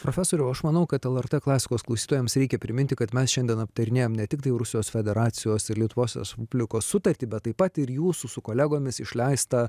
profesoriau aš manau kad lrt klasikos klausytojams reikia priminti kad mes šiandien aptarinėjam ne tiktai rusijos federacijos ir lietuvos respublikos sutartį bet taip pat ir jūsų su kolegomis išleistą